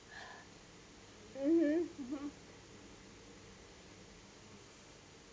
mm mm